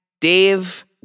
Dave